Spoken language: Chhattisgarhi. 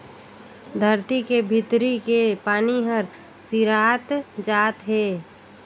धरती के भीतरी के पानी हर सिरात जात हे